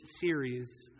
series